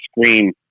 screen